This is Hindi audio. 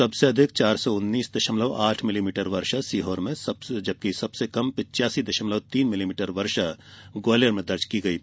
सबसे अधिक चार सौ उन्नीस दशमलव आठ मिलीमीटर वर्षा सीहोर में और सबसे कम पिच्चासी दशमलव तीन मिलीमीटर वर्षा ग्वालियर में रिकार्ड की गई है